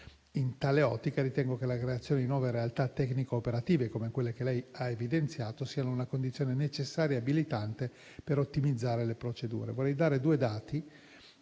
In tale ottica, ritengo che la creazione di nuove realtà tecnico-operative, come quelle che lei ha evidenziato, siano una condizione necessaria e abilitante per ottimizzare le procedure. Vorrei dare due dati.